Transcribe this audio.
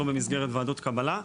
לא במסגרת ועדות קבלה.